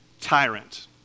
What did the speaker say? tyrant